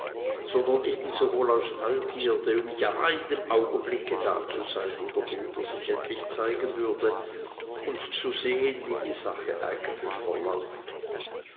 sondern ebensowohl aus neugierde um ja in dem augenblicke dazu sein wo der bruder sich endlich zeigen würde und zu sehen wie die sache eigentlich verlaufe